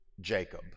Jacob